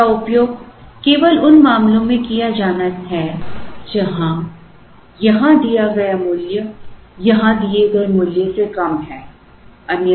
इसका उपयोग केवल उन मामलों में किया जाना है जहाँ यहाँ दिया गया मूल्य यहाँ दिए गए मूल्य से कम है